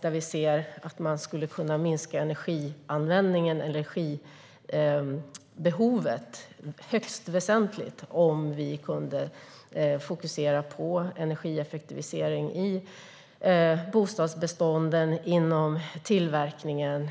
Där skulle man kunna minska energibehovet högst väsentligt, om man kunde fokusera på energieffektivisering i bostadsbestånden och inom tillverkningen.